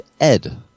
Ed